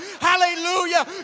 Hallelujah